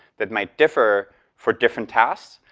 that might differ for different tasks,